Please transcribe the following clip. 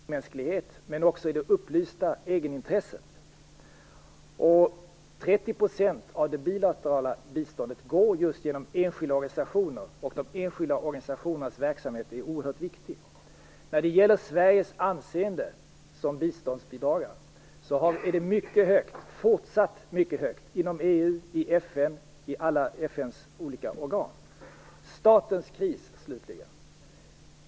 Fru talman! Vi välkomnar Lennart Fridén i debatten. Mycket av det han säger är redan politik, men det finns också sådant som jag går emot. Sverige ger inte bistånd till korrupta regimer. Bistånd ses inte längre som en nådegåva utan är en akt av medmänsklighet. Det handlar också om det upplysta egenintresset. 30 % av det bilaterala biståndet går just genom enskilda organisationer. De enskilda organisationernas verksamhet är oerhört viktig. Sveriges anseende som biståndsbidragare är fortsatt mycket högt inom EU, i FN och i FN:s alla olika organ. Slutligen något om statens kris.